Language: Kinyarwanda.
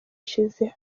ishize